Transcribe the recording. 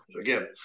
Again